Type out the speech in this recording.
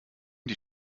die